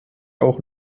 auch